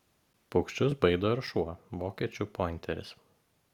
paukščius baido ir šuo vokiečių pointeris